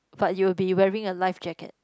but you will be wearing a life jacket